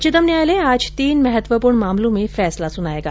उच्चतम न्यायालय आज तीन महत्वपूर्ण मामलों में फैसला सुनायेगा